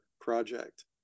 project